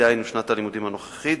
דהיינו שנת הלימודים הנוכחית,